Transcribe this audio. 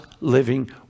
living